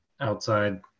outside –